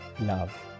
love